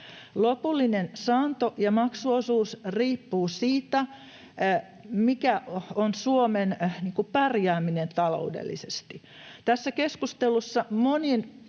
Lopullinen saanto- ja maksuosuus riippuu siitä, mikä on Suomen pärjääminen taloudellisesti. Tässä keskustelussa moni